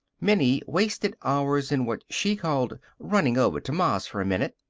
minnie wasted hours in what she called running over to ma's for a minute.